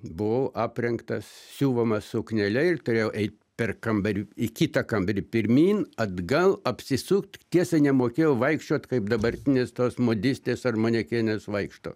buvau aprengtas siuvama suknele ir turėjau ei per kambarį į kitą kambarį pirmyn atgal apsisukt tiesiai nemokėjau vaikščiot kaip dabartinės tos modistės ar manekenės vaikšto